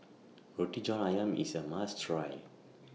Roti John Ayam IS A must Try